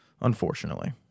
Unfortunately